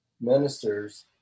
ministers